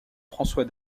françois